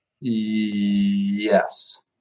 Yes